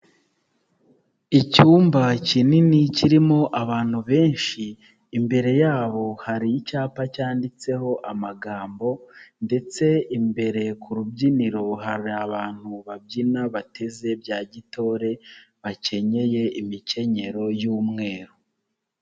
Icyumba kinini kirimo abantu benshi imbere yabo hari icyapa cyanditseho amagambo ndetse imbere ku rubyiniro hari abantu babyina bateze bya gitore bakenyeye imikenyero y'umweru.